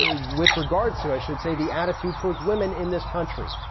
ah with regards to, i should say, the attitude towards women in this country.